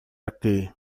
aqui